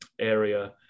area